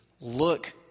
Look